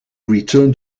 return